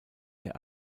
der